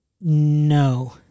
No